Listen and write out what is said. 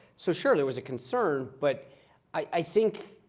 so sure, there was a concern. but i think